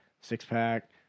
six-pack